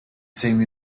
same